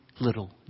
little